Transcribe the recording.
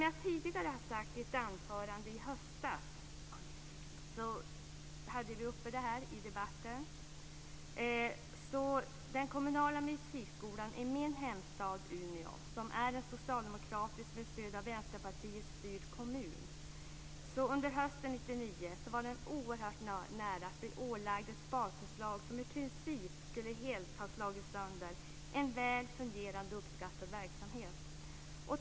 Jag tog i ett anförande i höstas upp den kommunala musikskolan i min hemstad Umeå. Umeå styrs av socialdemokraterna med stöd av Vänsterpartiet. Under hösten 1999 var musikskolan oerhört nära att bli ålagd ett sparförslag som i princip helt skulle ha slagit sönder en väl fungerande och uppskattad verksamhet.